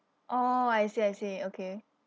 oh I see I see okay